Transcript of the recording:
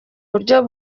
buryo